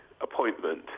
appointment